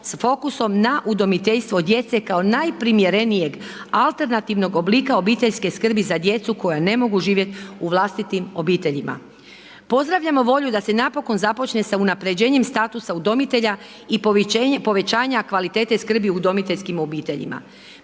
s fokusom na udomiteljstvo djece kao najprimjerenijeg alternativnog oblika obiteljske skrbi za djecu koja ne mogu živjet u vlastitim obiteljima. Pozdravljamo volju da se napokon započne s unapređenjem statusa udomitelja i povećanja kvalitete skrbi u udomiteljskim obiteljima.